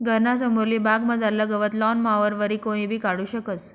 घरना समोरली बागमझारलं गवत लॉन मॉवरवरी कोणीबी काढू शकस